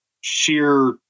sheer